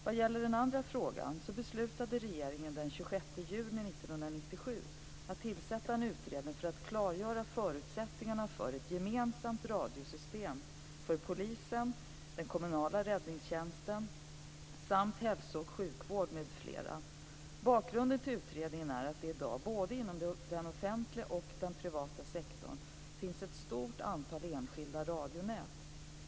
Vad gäller din andra fråga så beslutade regeringen den 26 juni 1997 att tillsätta en utredning för att klargöra förutsättningarna för ett gemensamt radiosystem för polisen, den kommunala räddningstjänsten samt hälso och sjukvård m.fl. Bakgrunden till utredningen är att det i dag, både inom den offentliga och den privata sektorn, finns ett stort antal enskilda radionät.